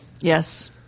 Yes